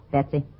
Betsy